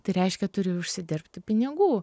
tai reiškia turi užsidirbti pinigų